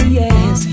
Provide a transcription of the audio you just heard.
yes